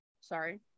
Sorry